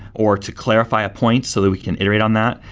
or to clarify a point, so that we can iterate on that.